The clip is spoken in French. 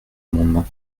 amendement